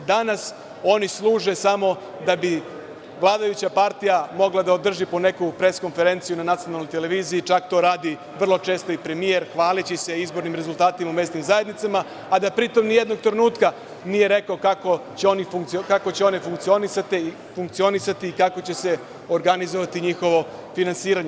Danas oni služe da bi vladajuća partija mogla da održi po neku pres konferenciju na Nacionalnoj televiziji, a to vrlo često radi i premijer, hvaleći se izbornim rezultatima u mesnim zajednicama, a da pri tom ni jednog trenutka nije rekao kako će one funkcionisati i kako će se organizovati njihovo finansiranje.